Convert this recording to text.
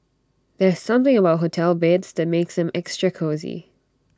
there's something about hotel beds that makes them extra cosy